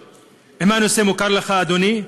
שאלותי הן: 1. האם הנושא מוכר לך, אדוני?